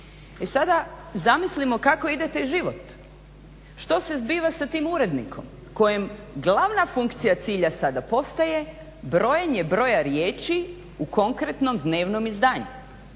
E sada, zamislimo kako ide taj život, što se zbiva s tim urednikom kojem glavna funkcija cilja sada postaje brojanje broja riječi u konkretnom dnevnom izdanju.